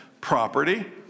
property